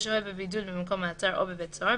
ושוהה בבידוד במקום מעצר או בבית סוהר,